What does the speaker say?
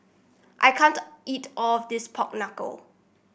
I can't eat all of this Pork Knuckle